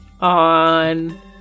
on